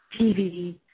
TV